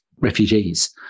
refugees